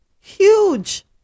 huge